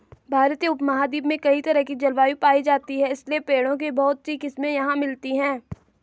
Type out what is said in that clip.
भारतीय उपमहाद्वीप में कई तरह की जलवायु पायी जाती है इसलिए पेड़ों की बहुत सी किस्मे यहाँ मिलती हैं